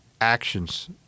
actions